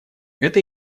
это